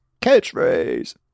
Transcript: Catchphrase